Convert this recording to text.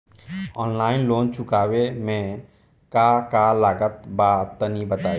Online loan चुकावे म का का लागत बा तनि बताई?